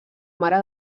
mare